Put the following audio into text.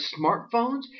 smartphones